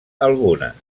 algunes